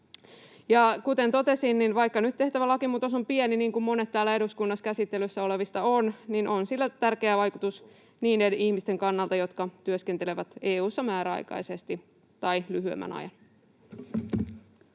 kuten totesin, niin vaikka nyt tehtävä lakimuutos on pieni, niin kuin monet täällä eduskunnassa käsittelyssä olevista ovat, sillä on tärkeä vaikutus niiden ihmisten kannalta, jotka työskentelevät EU:ssa määräaikaisesti tai lyhyemmän ajan.